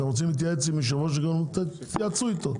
אתם רוצים להתייעץ עם יושב ראש איגוד תתייעצו איתו,